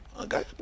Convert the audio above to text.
okay